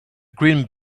green